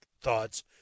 thoughts